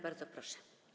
Bardzo proszę.